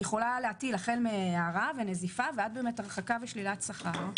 יכולה להטיל החל מהערה ונזיפה ועד הרחקה ושלילת שכר.